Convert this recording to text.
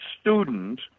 student